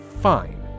fine